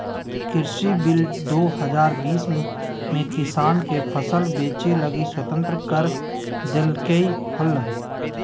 कृषि बिल दू हजार बीस में किसान के फसल बेचय लगी स्वतंत्र कर देल्कैय हल